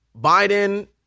Biden